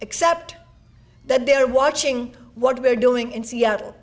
except that they're watching what we're doing in seattle